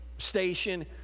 Station